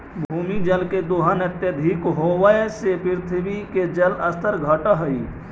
भूमिगत जल के दोहन अत्यधिक होवऽ से पृथ्वी के जल स्तर घटऽ हई